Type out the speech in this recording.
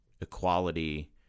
equality